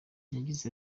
yagize